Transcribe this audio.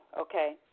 okay